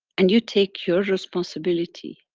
and you take your responsibility,